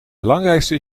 belangrijkste